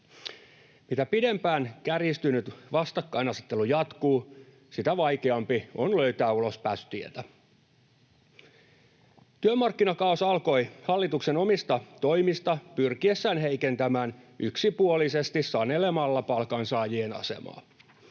Mitä pidempään kärjistynyt vastakkainasettelu jatkuu, sitä vaikeampi on löytää ulospääsytietä. Työmarkkinakaaos alkoi hallituksen omista toimista sen pyrkiessä heikentämään yksipuolisesti sanelemalla palkansaajien asemaa.